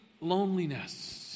loneliness